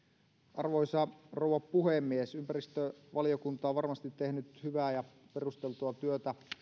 arvoisa rouva puhemies ympäristövaliokunta on varmasti tehnyt hyvää ja perusteltua työtä